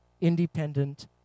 independent